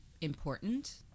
important